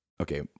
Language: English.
Okay